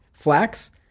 Flax